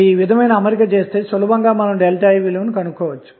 ఈ విధమైన అమరిక చేస్తే సులభంగా ΔI విలువను కనుగొనవచ్చు